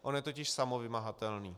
On je totiž samovymahatelný.